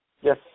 Yes